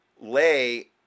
Lay